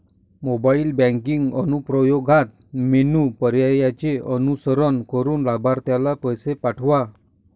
mobile banking अनुप्रयोगात menu पर्यायांचे अनुसरण करून लाभार्थीला पैसे पाठवा